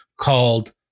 called